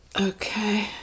Okay